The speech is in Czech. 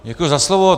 Děkuji za slovo.